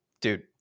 dude